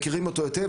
מכירים אותו היטב,